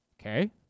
Okay